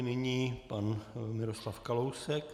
Nyní pan Miroslav Kalousek.